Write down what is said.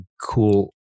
cool